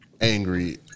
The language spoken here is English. angry